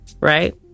right